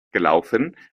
gelaufen